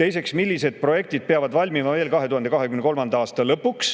Teiseks: millised projektid peavad valmima veel 2023. aasta lõpuks,